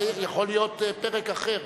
זה יכול להיות פרק אחר.